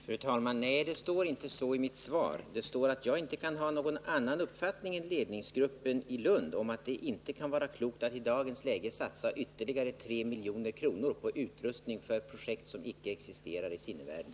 Fru talman! Nej, det står inte så i mitt svar, utan det står att jag inte kan ha någon annan uppfattning än ledningsgruppen i Lund, dvs. att det inte kan vara klokt att i dagens läge satsa ytterligare 3 milj.kr. på utrustning för ett projekt som icke existerar i sinnevärlden.